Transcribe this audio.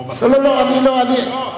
או, לא, לא, לא.